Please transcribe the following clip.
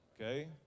Okay